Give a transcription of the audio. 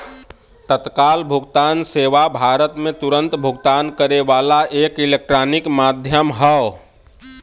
तत्काल भुगतान सेवा भारत में तुरन्त भुगतान करे वाला एक इलेक्ट्रॉनिक माध्यम हौ